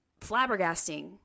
flabbergasting